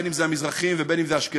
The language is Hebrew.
בין אם זה המזרחים ובין אם זה האשכנזים,